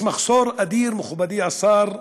יש מחסור אדיר, מכובדי השר,